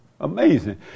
Amazing